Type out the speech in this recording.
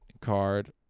card